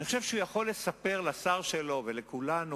אני חושב שהוא יכול לספר לשר שלו ולכולנו